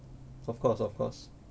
of course of course